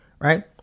right